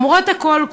למרות הכול,